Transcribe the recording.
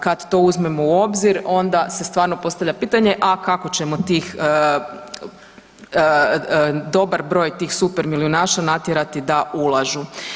Kad to uzmemo u obzir onda se stvarno postavlja pitanje, a kako ćemo tih, dobar broj tih super milijunaša natjerati da ulažu.